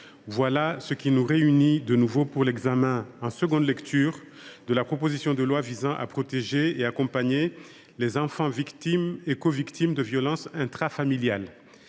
voilà ce qui nous réunit de nouveau pour l’examen, en deuxième lecture, de la proposition de loi visant à mieux protéger et accompagner les enfants victimes et covictimes de violences intrafamiliales.